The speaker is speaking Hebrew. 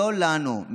לא לנו,